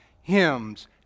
hymns